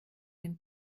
ein